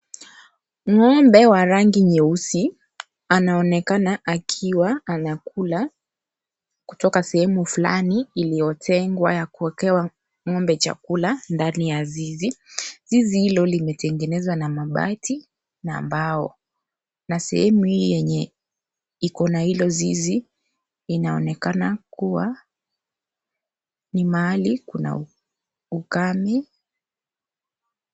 Ng'ombe wa rangi nyeusi, anaonekana akiwa anakula sehemu fulani iliyotengwa ya kuekewa ng'ombe chakula, ndani ya zizi. Zizi hilo limetengenezwa na mabati na mbao na sehemu hii yenye iko na hilo zizi, inaonekana kuwa ni mahali kuna ukame